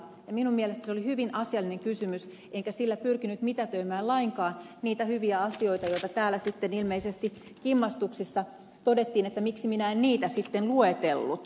minun mielestäni se oli hyvin asiallinen kysymys enkä sillä pyrkinyt mitätöimään lainkaan niitä hyviä asioita joista täällä sitten ilmeisesti kimmastuksissa todettiin miksi minä en niitä sitten luetellut